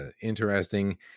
interesting